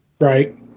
Right